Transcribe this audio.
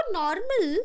normal